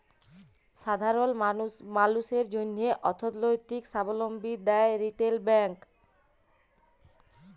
সাধারল মালুসের জ্যনহে অথ্থলৈতিক সাবলম্বী দেয় রিটেল ব্যাংক